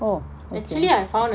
oh okay